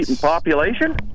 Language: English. population